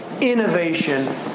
Innovation